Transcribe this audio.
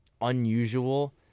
unusual